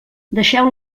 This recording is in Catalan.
deixeu